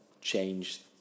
change